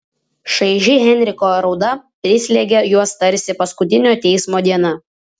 šaiži henriko rauda prislėgė juos tarsi paskutinio teismo diena